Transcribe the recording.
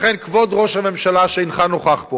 לכן, כבוד ראש הממשלה, שלא נוכח פה,